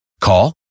call